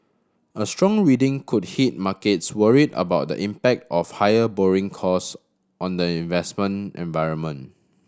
a strong reading could hit markets worried about the impact of higher borrowing cost on the investment environment